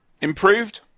Improved